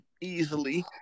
easily